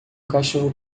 cachorro